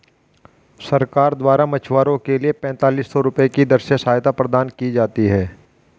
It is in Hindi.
सरकार द्वारा मछुआरों के लिए पेंतालिस सौ रुपये की दर से सहायता प्रदान की जाती है